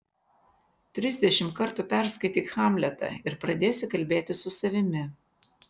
trisdešimt kartų perskaityk hamletą ir pradėsi kalbėtis su savimi